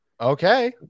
Okay